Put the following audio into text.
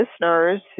listeners